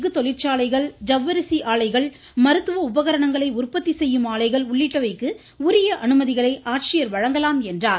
கு தொழிற்சாலைகள் ஜவ்வரிசி ஆலைகள் மருத்துவ உபகரணங்களை உற்பத்தி செய்யும் ஆலைகள் உள்ளிட்டகை்கு உரிய அனுமதிகளை ஆட்சியர் வழங்கலாம் என்றார்